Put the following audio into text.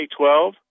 2012